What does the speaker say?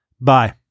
Bye